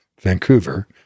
Vancouver